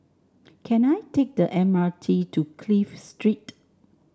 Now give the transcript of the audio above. can I take the M R T to Clive Street